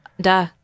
Duh